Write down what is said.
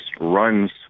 runs